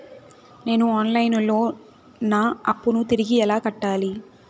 నేను online లో నా అప్పును తిరిగి ఎలా కట్టాలి?